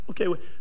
okay